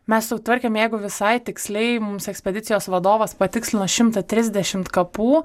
mes sutvarkėm jeigu visai tiksliai mums ekspedicijos vadovas patikslino šimtą trisdešimt kapų